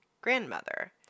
grandmother